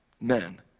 men